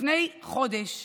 לפני כחודש,